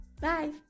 Bye